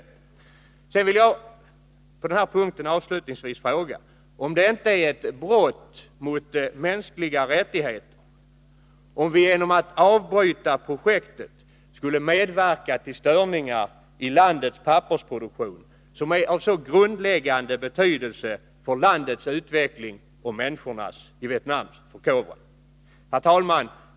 Avslutningsvis vill jag på den här punkten fråga om det inte vore ett brott mot mänskliga rättigheter, om vi genom att avbryta projektet skulle medverka till störningar i landets pappersproduktion, som är av så grundläggande betydelse för landets utveckling och för människornas förkovran. Herr talman!